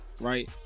right